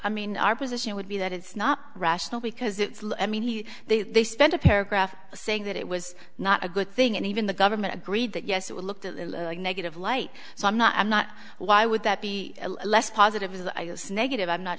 i mean our position would be that it's not rational because i mean he they they spend a paragraph saying that it was not a good thing and even the government agreed that yes it looked at the negative light so i'm not i'm not why would that be less positive because i was negative i'm not